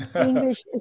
English